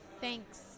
Thanks